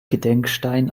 gedenkstein